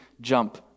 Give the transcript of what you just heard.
jump